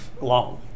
long